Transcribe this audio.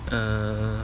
um